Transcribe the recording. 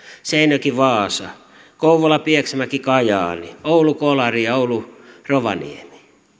seinäjoki vaasa kouvola pieksämäki kajaani oulu kolari ja oulu rovaniemi